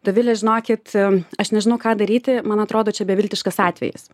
dovile žinokit aš nežinau ką daryti man atrodo čia beviltiškas atvejis